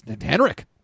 Henrik